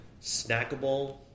snackable